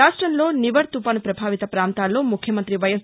రాష్ట్రంలో నివర్ తుపాను ప్రభావిత పాంతాల్లో ముఖ్యమంతి వైఎస్